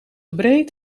breed